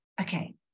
okay